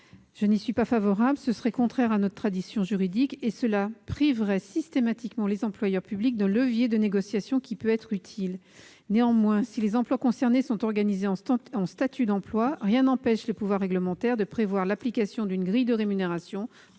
Je n'y suis pas favorable. Ce serait contraire à notre tradition juridique, et cela priverait systématiquement les employeurs publics d'un levier de négociation qui peut être utile. Néanmoins, si les emplois concernés sont organisés en statut d'emploi, rien n'empêche le pouvoir réglementaire de prévoir l'application d'une grille de rémunération